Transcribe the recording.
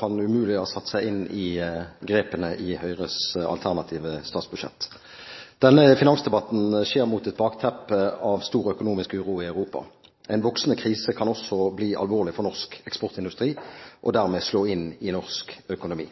kan umulig ha satt seg inn i grepene i Høyres alternative statsbudsjett. Denne finansdebatten skjer mot et bakteppe av stor økonomisk uro i Europa. En voksende krise kan også bli alvorlig for norsk eksportindustri og dermed slå inn i norsk økonomi.